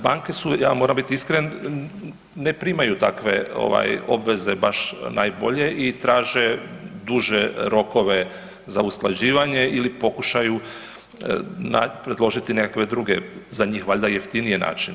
Banke su, ja moram biti iskren, ne primaju takve obveze baš najbolje i traže duže rokove za usklađivanje ili pokušaju predložiti nekakve druge, za njih valjda jeftinije načine.